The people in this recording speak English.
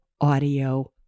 audio